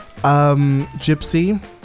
Gypsy